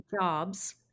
jobs